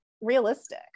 realistic